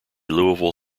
louisville